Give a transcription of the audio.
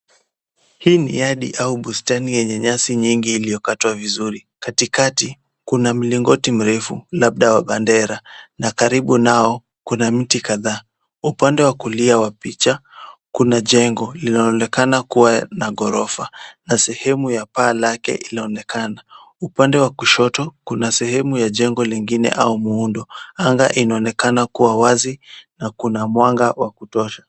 Hii ni yard au bustani enye nyazi nyingi iliokatwa vizuri katikatika kuna miligoti mrefu labda wa pendera na karibu nayo kuna miti kataa. Upande wa kulia wa picha kuna jengo linaonekana kuwa na ghorofa na sehemu ya paa yake linaonekana. Upande wa kushoto kuna sehemu la jengo lingine au muundo. Angaa linaonekana kuwa wazi na kuna mwanga wa kutosha.